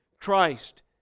Christ